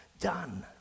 done